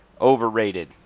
overrated